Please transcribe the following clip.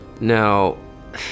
Now